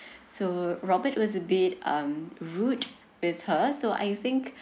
so robert was a bit um rude with her so I think